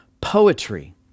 poetry